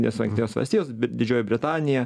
nes jungtinės valstijos didžioji britanija